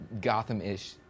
gotham-ish